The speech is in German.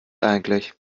eigentlich